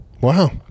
wow